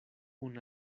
kun